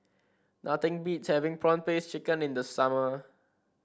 nothing beats having prawn paste chicken in the summer